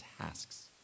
tasks